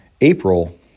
April